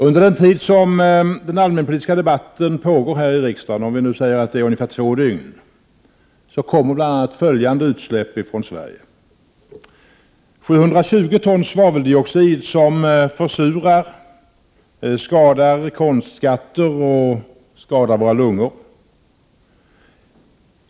Under den tid den allmänpolitiska debatten pågår här i riksdagen, låt säga i ungefär två dygn, kommer bl.a. följande utsläpp från Sverige: —-720 ton svaveldioxid, som försurar, skadar konstskatter och våra lungor.